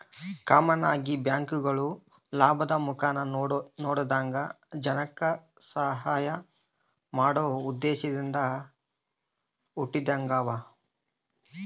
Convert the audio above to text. common ಆಗಿ ಈ ಬ್ಯಾಂಕ್ಗುಳು ಲಾಭುದ್ ಮುಖಾನ ನೋಡದಂಗ ಜನಕ್ಕ ಸಹಾಐ ಮಾಡೋ ಉದ್ದೇಶದಿಂದ ಹುಟಿಗೆಂಡಾವ